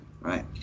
Right